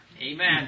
Amen